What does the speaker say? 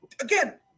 again